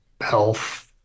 health